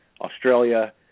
Australia